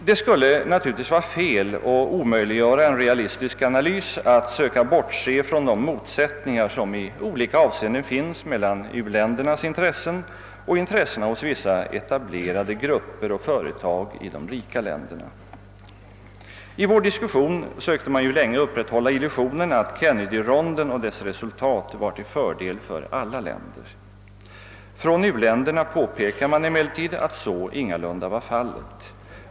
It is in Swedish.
Det skulle vara oriktigt att omöjliggöra en realistisk analys genom att söka bortse från de motsättningar som i olika avseenden finns mellan u-ländernas intressen och intressena hos vissa etablerade grupper och företag inom de rika länderna. I vår diskussion sökte man ju länge upprätthålla illusionen att Kennedyronden och dess resultat skulle vara till fördel för alla länder. Från uländerna påpekas emellertid att så ingalunda var fallet.